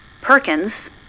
Perkins